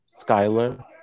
Skyler